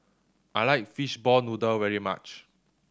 I like fishball noodle very much